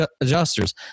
Adjusters